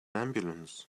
ambulance